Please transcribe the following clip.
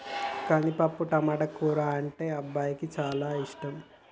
కందిపప్పు టమాటో కూర అంటే మా అబ్బాయికి చానా ఇష్టం